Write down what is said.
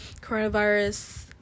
coronavirus